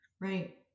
Right